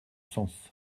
sens